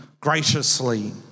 graciously